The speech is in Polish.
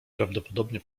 prawdopodobnie